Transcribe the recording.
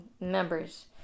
members